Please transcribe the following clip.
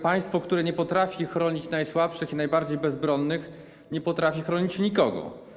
Państwo, które nie potrafi chronić najsłabszych i najbardziej bezbronnych, nie potrafi chronić nikogo.